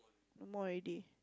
no more already